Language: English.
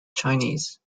chinese